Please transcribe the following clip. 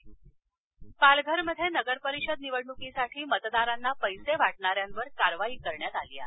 पैसेवाटप पालघर मध्ये नगरपरिषद निवडणुकीसाठी मतदारांना पैसे वाटणाऱ्यांवर कारवाई करण्यात आली आहे